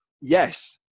yes